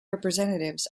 representatives